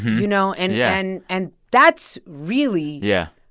you know? and. yeah and and that's really. yeah.